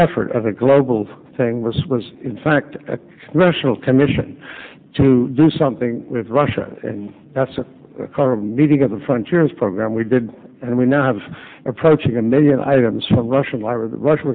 effort of a global thing was was in fact a national commission to do something with russia and that's a meeting of the frontiers program we did and we now have approaching a million items from russia russia